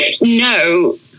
no